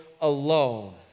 alone